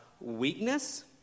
weakness